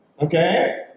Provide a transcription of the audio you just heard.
Okay